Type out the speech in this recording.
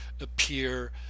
appear